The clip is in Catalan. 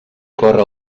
córrer